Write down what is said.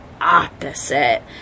opposite